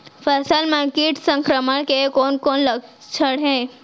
फसल म किट संक्रमण के कोन कोन से लक्षण हे?